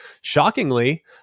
Shockingly